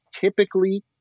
typically